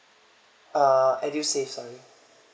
uh edusave sorry